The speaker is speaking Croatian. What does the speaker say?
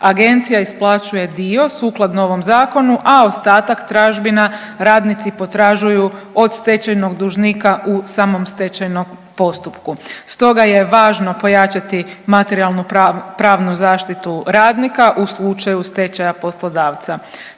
Agencija isplaćuje dio sukladno ovog Zakonu, a ostatak tražbina radnici potražuju od stečajnog dužnika u samom stečajnom postupku. Stoga je važno pojačati materijalnopravnu zaštitu radnika u slučaju stečaja poslodavca.